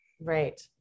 Right